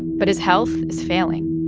but his health is failing.